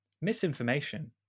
misinformation